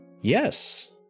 Yes